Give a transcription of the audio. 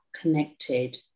connected